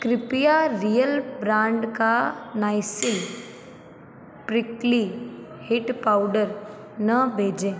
कृपया real brand का Nycil prickly heat powder ना भेजें